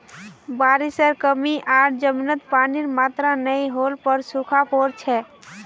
बारिशेर कमी आर जमीनत पानीर मात्रा नई होल पर सूखा पोर छेक